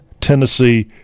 Tennessee